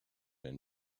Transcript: and